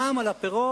המע"מ על הפירות,